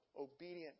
obedient